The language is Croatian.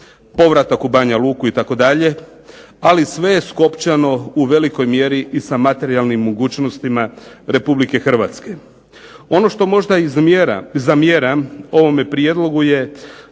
povratak u Banja Luku itd., ali sve je skopčano u velikoj mjeri i sa materijalnim mogućnostima RH. Ono što možda i zamjeram ovome prijedlogu je